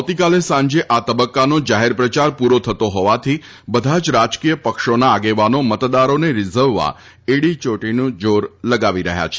આવતીકાલે સાંજે આ તબક્કાનો જાહેર પ્રચાર પૂરો થતો હોવાથી બધા જ રાજકીય પક્ષોના આગેવાનો મતદારોને રીઝવવા એડી ચોટીનું જાર લગાવી રહ્યા છે